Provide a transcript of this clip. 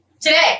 today